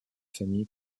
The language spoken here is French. famille